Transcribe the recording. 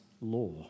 law